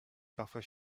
parfois